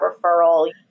referral